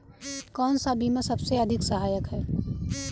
कौन सा बीमा सबसे अधिक सहायक है?